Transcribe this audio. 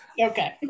Okay